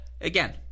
again